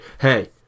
hey